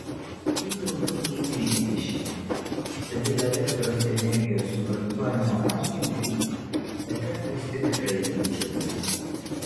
jų daugiau nei trisdešimt todėl elektros energijos suvartojimo atžvilgiu efektas tikrai jaučiamas